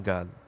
God